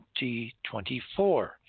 2024